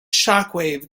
shockwave